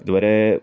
ഇതുവരേ